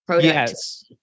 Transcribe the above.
Yes